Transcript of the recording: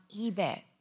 eBay